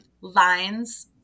lines